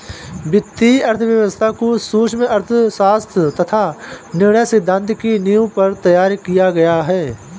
वित्तीय अर्थशास्त्र को सूक्ष्म अर्थशास्त्र तथा निर्णय सिद्धांत की नींव पर तैयार किया गया है